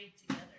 together